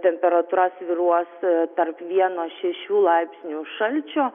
temperatūra svyruos tarp vieno šešių laipsnių šalčio